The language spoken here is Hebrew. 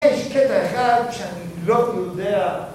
יש קטע אחד שאני לא יודע